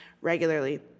regularly